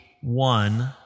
one